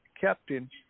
captain